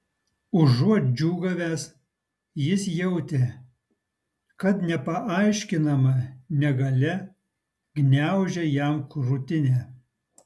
užuot džiūgavęs jis jautė kad nepaaiškinama negalia gniaužia jam krūtinę